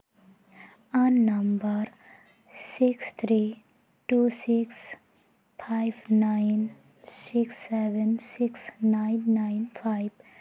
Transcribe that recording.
phone number six three two six five nine six seven six nine nine five